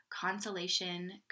consolation